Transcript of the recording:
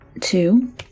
two